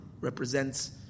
represents